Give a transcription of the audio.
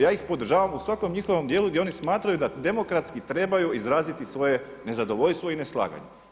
Ja ih podržavam u svakom njihovom dijelu gdje oni smatraju da demokratski trebaju izraziti svoje nezadovoljstvo i neslaganje.